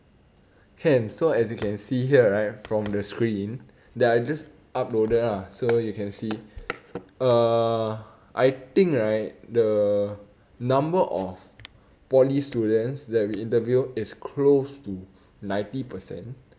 can so as you can see here right from the screen that I just uploaded ah so you can see uh I think right the number of poly students that we interviewed is close to ninety percent